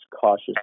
cautious